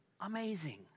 amazing